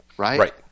Right